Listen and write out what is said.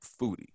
foodie